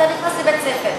אתה נכנס לבית-ספר,